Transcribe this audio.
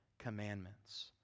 commandments